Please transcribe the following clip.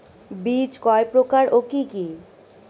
বীজ কয় প্রকার ও কি কি?